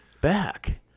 back